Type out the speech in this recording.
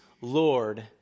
Lord